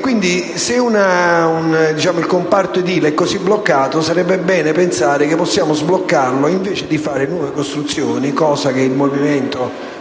Quindi, se il comparto edile è bloccato, sarebbe bene pensare di sbloccarlo invece di fare nuove costruzioni, cosa che il Movimento 5 Stelle